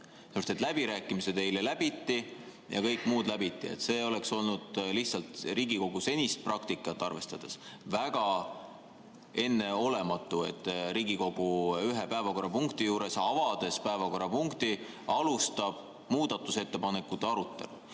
läbirääkimised ja kõik muu läbiti eile? See oleks olnud lihtsalt Riigikogu senist praktikat arvestades väga enneolematu, et Riigikogu ühe päevakorrapunkti juures, avades päevakorrapunkti, alustab muudatusettepanekute arutelu.